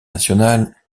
national